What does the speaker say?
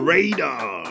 Radar